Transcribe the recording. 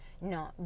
no